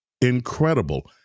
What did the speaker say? incredible